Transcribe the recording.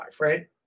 right